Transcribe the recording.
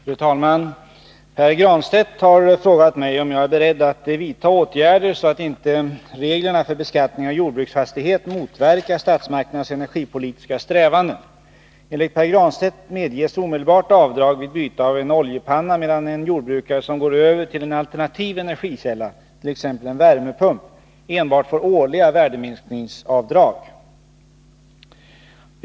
Fru talman! Pär Granstedt har frågat mig om jag är beredd att vidta åtgärder så att inte reglerna för beskattning av jordbruksfastighet motverkar statsmakternas energipolitiska strävanden. Enligt Pär Granstedt medges omedelbart avdrag vid byte av en oljepanna, medan en jordbrukare som går över till en alternativ energikälla, t.ex. en värmepump, enbart får årliga värdeminskningsavdrag.